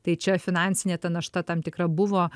tai čia finansinė ta našta tam tikra buvo